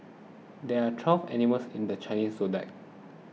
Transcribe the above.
there are twelve animals in the Chinese zodiac